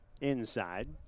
inside